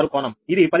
6 కోణంఇది 15